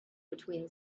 between